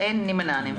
מי נמנע?